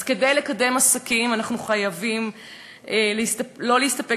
אז כדי לקדם עסקים אנחנו חייבים לא להסתפק